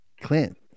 Clint